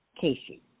Casey